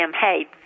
hey